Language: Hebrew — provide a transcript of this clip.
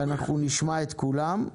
ואנחנו נשמע את כולם.